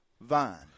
vine